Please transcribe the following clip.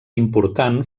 important